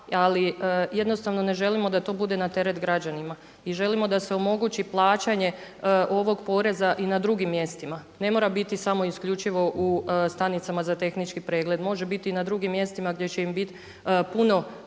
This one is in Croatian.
Ali jednostavno ne želimo da bude na teret građanima i želimo da se omogući plaćanje ovog poreza i na drugim mjestima. Ne mora biti samo isključivo u stanicama za tehnički pregled. Može biti i na drugim mjestima gdje će im biti puno,